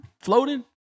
floating